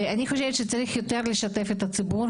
אני חושבת שצריך יותר לשתף את הציבור